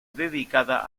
dedicada